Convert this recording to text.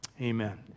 amen